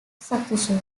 succession